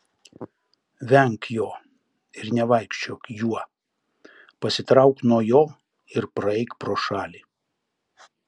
venk jo ir nevaikščiok juo pasitrauk nuo jo ir praeik pro šalį